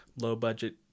low-budget